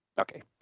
Okay